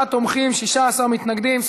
49 תומכים, 16 מתנגדים.